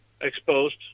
exposed